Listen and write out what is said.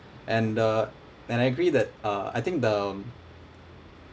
and uh and I agree that uh I think um